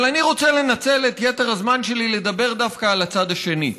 אבל אני רוצה לנצל את יתר הזמן שלי לדבר דווקא על הצד השני,